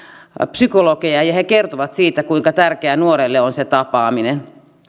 psykologeja ja he kertoivat siitä kuinka tärkeää nuorelle on se tapaaminen